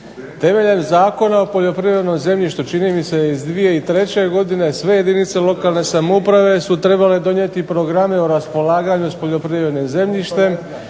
Temeljem Zakona o poljoprivrednom zemljištu čini mi se iz 2003. godine sve jedinice lokalne samouprave su trebale donijeti programe o raspolaganju s poljoprivrednim zemljištem